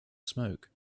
smoke